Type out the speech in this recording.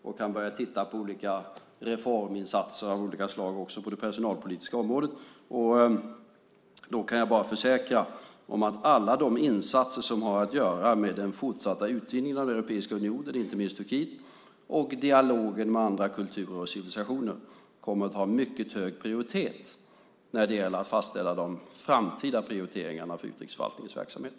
Vi kan då börja titta på olika reforminsatser också på det personalpolitiska området. Jag kan bara försäkra att alla de insatser som har att göra med den fortsatta utvidgningen av Europeiska unionen med inte minst Turkiet och dialogen med andra kulturer och civilisationer kommer att ha mycket hög prioritet när det gäller att fastställa de framtida prioriteringarna för utrikesförvaltningens verksamhet.